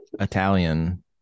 Italian